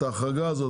את ההחרגה הזאת,